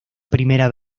primera